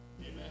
Amen